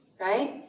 right